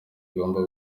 igomba